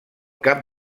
cap